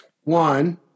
One